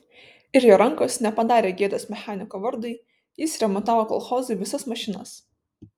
ir jo rankos nepadarė gėdos mechaniko vardui jis remontavo kolchozui visas mašinas